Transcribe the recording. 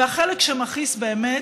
החלק שמכעיס באמת,